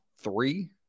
three